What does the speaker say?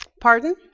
Pardon